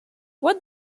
what